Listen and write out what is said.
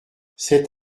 sept